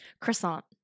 croissant